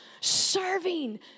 Serving